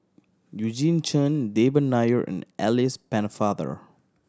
Eugene Chen Devan Nair and Alice Pennefather